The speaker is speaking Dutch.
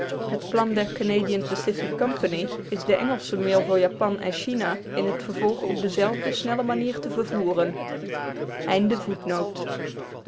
het plan der canadian pacific company is de engelsche mail voor japan en china in t vervolg op dezelfde snelle manier te vervoeren